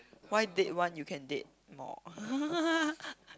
why date one you can date more